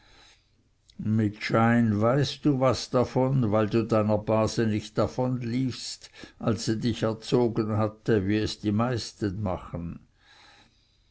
mit schein weißt du was davon weil du deiner base nicht davonliefest als sie dich erzogen hatte wie es die meisten machen